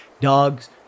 Dogs